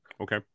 okay